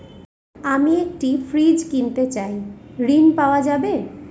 আমি একটি ফ্রিজ কিনতে চাই ঝণ পাওয়া যাবে?